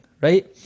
Right